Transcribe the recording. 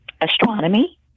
astronomy